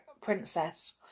Princess